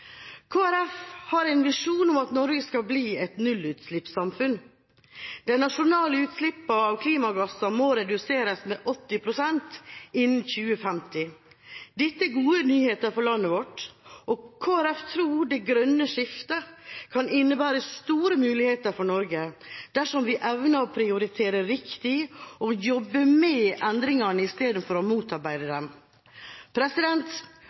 har en visjon om at Norge skal bli et nullutslippssamfunn. De nasjonale utslippene av klimagasser må reduseres med 80 pst. innen 2050. Dette er gode nyheter for landet vårt. Kristelig Folkeparti tror det grønne skiftet kan innebære store muligheter for Norge dersom vi evner å prioritere riktig og jobbe med endringene i stedet for å motarbeide